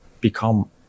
become